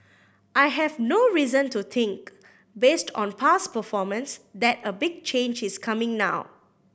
I have no reason to think based on past performance that a big change is coming now